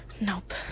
Nope